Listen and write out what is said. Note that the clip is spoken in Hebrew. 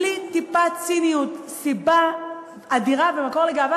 בלי טיפת ציניות, סיבה אדירה ומקור לגאווה.